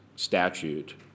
statute